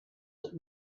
that